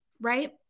right